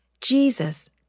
Jesus